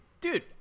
Dude